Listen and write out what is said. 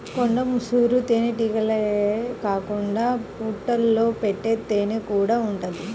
కొండ ముసురు తేనెతుట్టెలే కాకుండా పుట్టల్లో పెట్టే తేనెకూడా ఉంటది